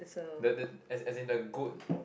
the the as as in the goat